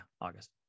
August